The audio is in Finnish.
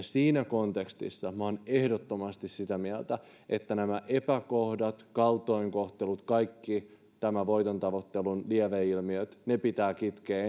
siinä kontekstissa olen ehdottomasti sitä mieltä että nämä epäkohdat kaltoinkohtelut kaikki nämä voitontavoittelun lieveilmiöt pitää